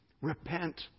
Repent